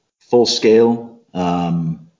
full-scale